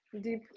Deep